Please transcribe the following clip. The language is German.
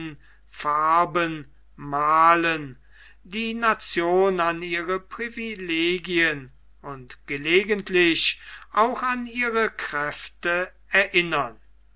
farben malen die nation an ihre privilegien und gelegenheitlich auch an ihre kräfte erinnern